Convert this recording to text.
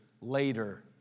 later